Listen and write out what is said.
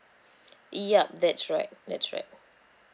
yup that's right that's right